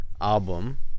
Album